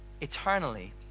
eternally